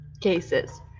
cases